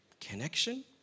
connection